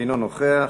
אינו נוכח,